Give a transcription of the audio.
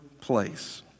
place